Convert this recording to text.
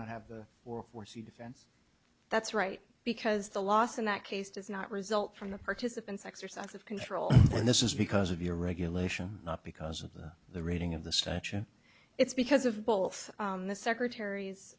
not have the work force the defense that's right because the loss in that case does not result from the participants exercise of control and this is because of your regulation not because of the rating of the statue it's because of both the secretar